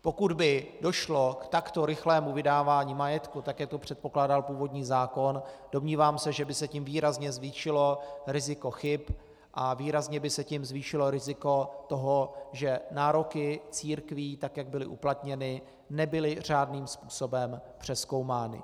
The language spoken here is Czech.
Pokud by došlo k takto rychlému vydávání majetku, tak jak to předpokládal původní zákon, domnívám se, že by se tím výrazně zvýšilo riziko chyb a výrazně by se tím zvýšilo riziko toho, že nároky církví, tak jak byly uplatněny, nebyly řádným způsobem přezkoumány.